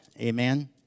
Amen